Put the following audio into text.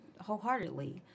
wholeheartedly